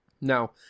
Now